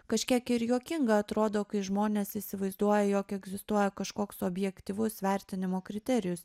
kažkiek ir juokinga atrodo kai žmonės įsivaizduoja jog egzistuoja kažkoks objektyvus vertinimo kriterijus